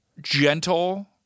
gentle